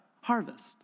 harvest